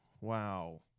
wow